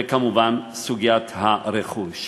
וכמובן סוגיית הרכוש.